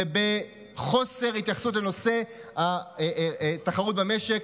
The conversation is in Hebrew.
ובחוסר התייחסות לנושא התחרות במשק.